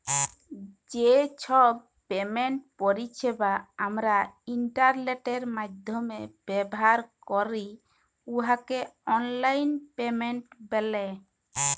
যে ছব পেমেন্ট পরিছেবা আমরা ইলটারলেটের মাইধ্যমে ব্যাভার ক্যরি উয়াকে অললাইল পেমেল্ট ব্যলে